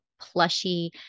plushy